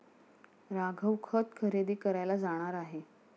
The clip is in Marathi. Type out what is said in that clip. राघव खत खरेदी करायला जाणार आहे